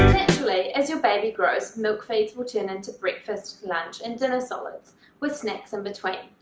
naturally as your baby grows, milk feeds will turn into breakfast, lunch and dinner solids with snacks in between.